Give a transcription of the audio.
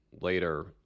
later